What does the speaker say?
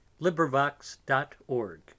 LibriVox.org